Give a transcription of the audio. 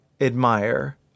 admire